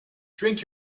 drink